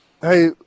Hey